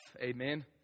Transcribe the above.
Amen